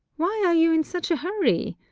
why are you in such a hurry?